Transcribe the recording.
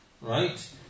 right